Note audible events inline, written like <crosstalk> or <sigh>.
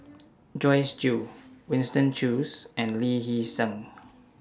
<noise> Joyce Jue Winston Choos and Lee Hee Seng